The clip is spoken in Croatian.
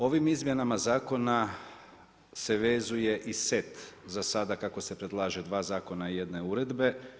Ovim izmjenama zakona se vezuje i set za sada kako se predlaže 2 zakona i 1 uredbe.